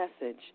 message